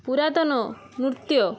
ପୁରାତନ ନୃତ୍ୟ